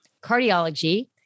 cardiology